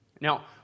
Now